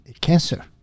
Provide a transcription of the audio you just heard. cancer